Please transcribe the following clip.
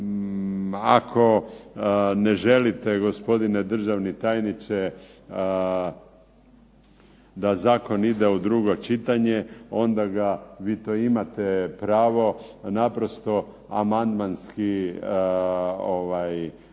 Ako ne želite, gospodine državni tajniče, da zakon ide u drugo čitanje onda ga, vi to imate pravo, naprosto amandmanski